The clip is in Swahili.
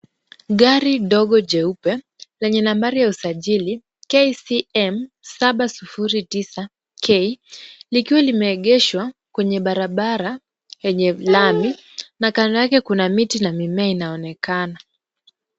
Gari ndogo jeupe lenye nambari ya usajili KCM709K likiwa limeegeshwa kwenye barabara lenye lami na kando yake kuna miti na mimea inaonekana.